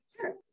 Sure